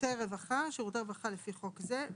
״שירותי רווחה״ שירותי רווחה לפי חוק זה,